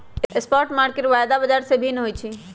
spot market वायदा बाजार से भिन्न होइ छइ